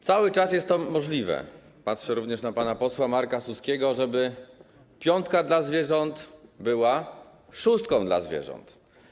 Cały czas jest to możliwe - patrzę również na pana posła Marka Suskiego - żeby piątka dla zwierząt była szóstką dla zwierząt.